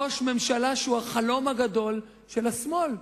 ראש ממשלה שהוא החלום הגדול של השמאל,